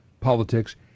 politics